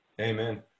Amen